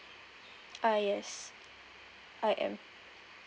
uh yes I am